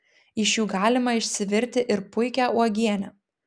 iš jų galima išsivirti ir puikią uogienę